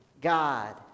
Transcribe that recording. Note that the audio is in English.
God